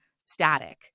static